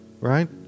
right